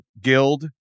guild